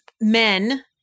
men